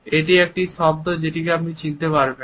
এটি একটি শব্দ যেটিকে আপনি চিনতে পেরেছেন